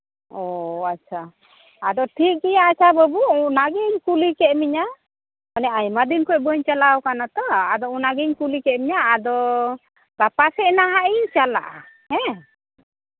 ᱚᱻ ᱟᱪᱪᱷᱟ ᱟᱫᱚ ᱴᱷᱤᱠᱜᱮᱭᱟ ᱟᱪᱪᱷᱟ ᱵᱟᱵᱩ ᱚᱱᱟᱜᱤᱧ ᱠᱩᱞᱤ ᱠᱮᱫ ᱢᱮᱭᱟ ᱛᱟᱦᱚᱞᱮ ᱟᱭᱢᱟ ᱫᱤᱱ ᱠᱷᱚᱱ ᱵᱟᱹᱧ ᱪᱟᱞᱟᱣ ᱠᱟᱱᱟ ᱛᱚ ᱟᱫᱚ ᱚᱱᱟᱜᱤᱧ ᱠᱩᱞᱤ ᱠᱮᱫ ᱢᱮᱭᱟ ᱟᱫᱚ ᱜᱟᱯᱟ ᱥᱮᱫ ᱱᱟᱦᱟᱜ ᱤᱧ ᱪᱟᱞᱟᱜᱼᱟ ᱦᱮᱸ